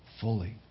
fully